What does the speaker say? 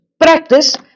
practice